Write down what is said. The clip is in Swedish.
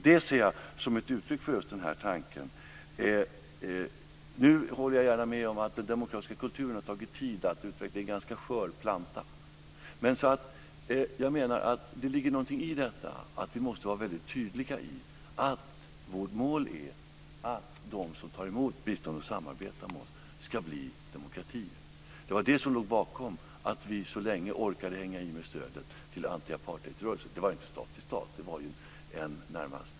Det ser jag som ett uttryck för just denna tanke. Jag håller gärna med om att den demokratiska kulturen har tagit tid att utveckla. Det är en ganska skör planta. Det ligger någonting i att vi måste vara väldigt tydliga när det gäller att vårt mål är att de länder som tar emot bistånd och samarbetar med oss ska bli demokratier. Det var det som låg bakom att vi så länge orkade hänga i med stödet till anti-apartheid-rörelsen. Det var inte stat-till-stat-bidrag.